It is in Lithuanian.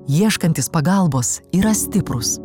ieškantys pagalbos yra stiprūs